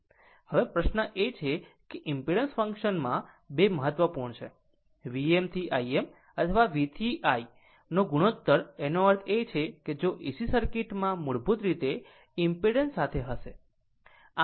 હવે પ્રશ્ન એ છે કે ઇમ્પિડન્સ ફંક્શનમાં 2 મહત્વપૂર્ણ છે Vm થી Im અથવા V થી I નો ગુણોત્તર એનો અર્થ એ કે જો AC સર્કિટમાં મૂળભૂત રીતે ઇમ્પિડન્સ સાથે હશે